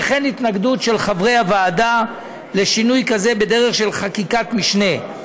וכן התנגדות של חברי הוועדה לשינוי כזה בדרך של חקיקת משנה.